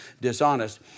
dishonest